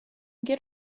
get